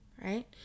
right